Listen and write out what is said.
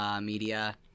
media